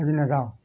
আজি নাযাৱ